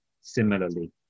similarly